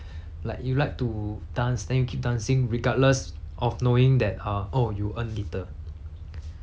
like you like to dance then you keep dancing regardless of knowing that err oh you earn little